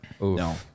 no